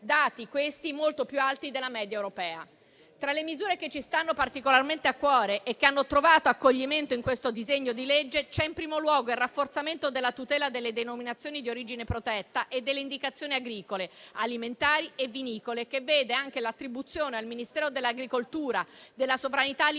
dati questi molto più alti della media europea. Tra le misure che ci stanno particolarmente a cuore e che hanno trovato accoglimento in questo disegno di legge c'è, in primo luogo, il rafforzamento della tutela delle denominazioni di origine protetta e delle indicazioni agricole alimentari e vinicole, che vede anche l'attribuzione al Ministero dell'agricoltura, della sovranità alimentare